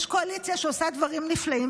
יש קואליציה שעושה דברים נפלאים,